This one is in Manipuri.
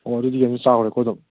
ꯑꯣ ꯑꯗꯨꯗꯤ ꯌꯦꯟꯁꯦ ꯆꯥꯎꯔꯦꯀꯣ ꯑꯗꯨꯝ